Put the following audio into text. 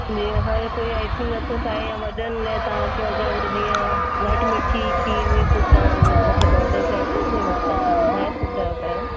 जीअं असांजो कोई आइस्क्रीम नथो खाए या वॾनि लाइ तव्हांखे अगरि जीअं घटि मिठी खीर बि कुझु मतिलब ऑडर करिणी हुजेव त तव्हां ॿुधाए सघंदा आहियो पहिरिरों